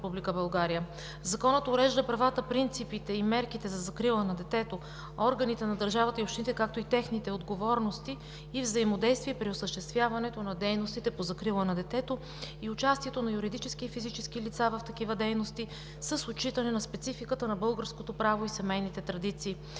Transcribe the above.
Законът урежда правата, принципите и мерките за закрила на детето, органите на държавата и общините, както и техните отговорности и взаимодействия при осъществяването на дейностите по закрила на детето и участието на юридически и физически лица в такива дейности с отчитане на спецификата на българското право и семейните традиции.